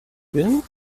bin